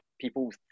people